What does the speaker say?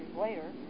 later